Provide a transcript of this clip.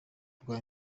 rwa